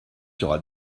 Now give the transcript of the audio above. sera